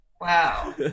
Wow